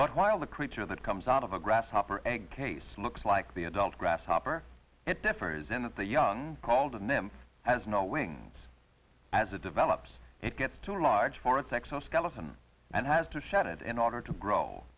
but while the creature that comes out of a grasshopper egg case looks like the adult grasshopper it differs in that the young called in them has no wings as it develops it gets too large for its exoskeleton and has to shut it in order to grow